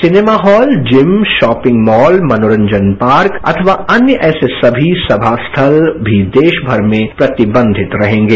cinema hall shopping mall मनोरंजन park अथवा अन्य ऐसे समी समा स्थल भी देशभर में प्रतिबंधित रहेंगे